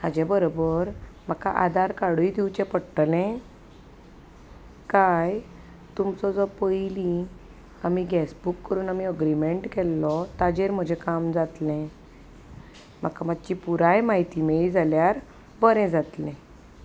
हाचे बरोबर म्हाका आदार कार्डूय दिवचें पडटलें काय तुमचो जो पयलीं आमी गॅस बूक करून आमी अग्रिमेंट केल्लो ताचेर म्हजें काम जातलें म्हाका मात्शी पुराय म्हायती मेळ्ळी जाल्यार बरें जातलें